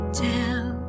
tell